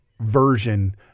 version